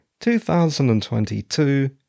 2022